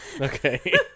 okay